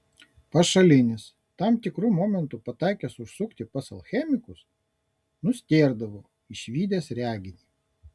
pašalinis tam tikru momentu pataikęs užsukti pas alchemikus nustėrdavo išvydęs reginį